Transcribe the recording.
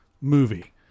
movie